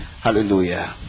Hallelujah